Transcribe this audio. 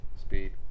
speed